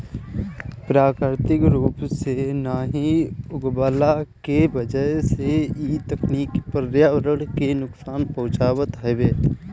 प्राकृतिक रूप से नाइ उगवला के वजह से इ तकनीकी पर्यावरण के नुकसान पहुँचावत हवे